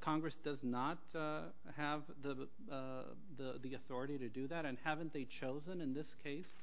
congress does not have the the authority to do that and haven't they chosen in this case